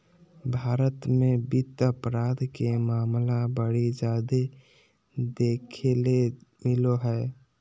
भारत मे वित्त अपराध के मामला बड़ी जादे देखे ले मिलो हय